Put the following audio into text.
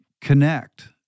connect